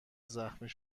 زخمی